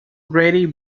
grady